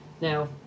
Now